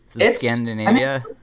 Scandinavia